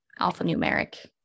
alphanumeric